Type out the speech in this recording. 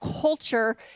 culture